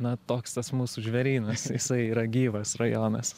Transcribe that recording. na toks tas mūsų žvėrynas jisai yra gyvas rajonas